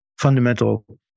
fundamental